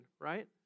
right